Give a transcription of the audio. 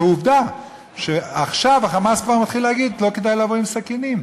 ועובדה שעכשיו ה"חמאס" כבר מתחיל להגיד: לא כדאי לבוא עם סכינים.